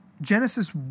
Genesis